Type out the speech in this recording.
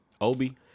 Obi